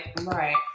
Right